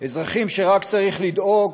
אזרחים שרק צריך לדאוג